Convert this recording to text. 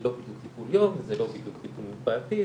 כי זה לא בדיוק טיפול יום וזה לא בדיוק טיפול מרפאתי,